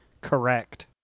correct